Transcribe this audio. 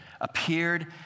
appeared